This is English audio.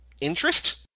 interest